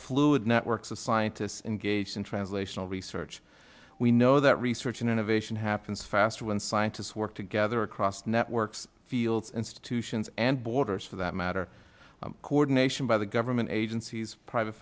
fluid networks of scientists engaged in translational research we know that research and innovation happens faster when scientists work together across networks fields institutions and borders for that matter coordination by the government agencies private